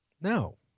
No